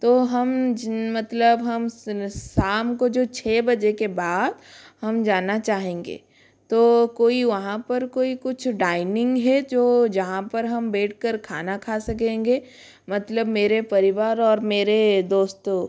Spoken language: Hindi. तो हम जिन मतलब हम शाम को जो छः बजे के बाद हम जाना चाहेंगे तो कोई वहाँ पर कोई कुछ डाइनिंग है जो जहाँ पर हम बैठकर खाना खा सकेंगे मतलब मेरे परिवार और दोस्तों